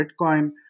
Bitcoin